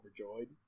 overjoyed